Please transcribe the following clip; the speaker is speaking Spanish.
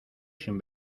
sin